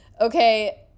Okay